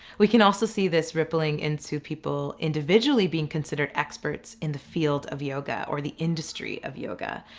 we can also see this rippling into people individually being considered experts in the field of yoga or the industry of yoga.